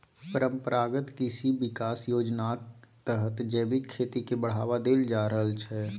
परंपरागत कृषि बिकास योजनाक तहत जैबिक खेती केँ बढ़ावा देल जा रहल छै